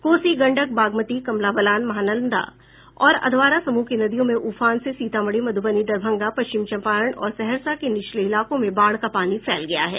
कोसी गंडक बागमती कमला बलान महानंदा और अधवारा समूह की नदियों में उफान से सीतामढ़ी मध्रबनी दरभंगा पश्चिम चंपारण और सहरसा के निचले इलाकों में बाढ़ का पानी फैल गया है